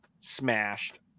smashed